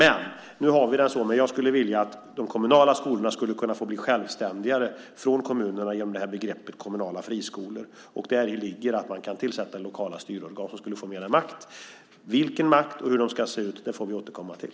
Men nu har vi det så. Men jag skulle vilja att de kommunala skolorna skulle kunna få bli självständigare gentemot kommunerna genom begreppet "kommunala friskolor". Däri ligger att man kan tillsätta lokala styrorgan som skulle få mera makt. Vilken makt och hur de ska se ut får vi återkomma till.